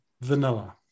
vanilla